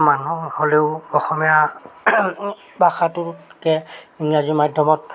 মানুহ হ'লেও অসমীয়া ভাষাটোতকৈ ইংৰাজী মাধ্যমত